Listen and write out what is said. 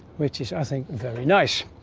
which is i think very nice.